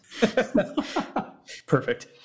Perfect